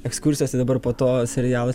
ekskursijos tai dabar po to serialo